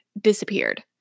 disappeared